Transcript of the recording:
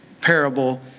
parable